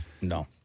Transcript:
No